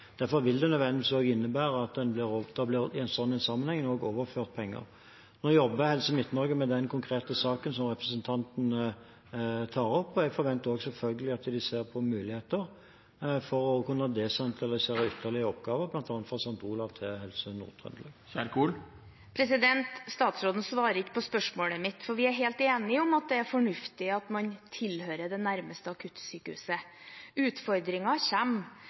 Derfor vil det nødvendigvis også innebære at det i en sånn sammenheng blir overført penger. Nå jobber Helse Midt-Norge med den konkrete saken som representanten tar opp, og jeg forventer selvfølgelig at de ser på muligheter for også å kunne desentralisere ytterligere oppgaver, bl.a. fra St. Olavs til Helse Nord-Trøndelag. Statsråden svarer ikke på spørsmålet mitt. Vi er helt enige om at det er fornuftig at man tilhører det nærmeste akuttsykehuset.